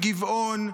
מגבעון,